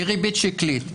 היא ריבית שקלית.